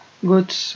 good